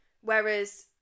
whereas